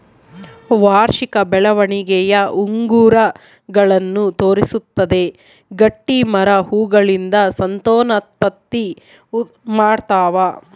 ವಾರ್ಷಿಕ ಬೆಳವಣಿಗೆಯ ಉಂಗುರಗಳನ್ನು ತೋರಿಸುತ್ತದೆ ಗಟ್ಟಿಮರ ಹೂಗಳಿಂದ ಸಂತಾನೋತ್ಪತ್ತಿ ಮಾಡ್ತಾವ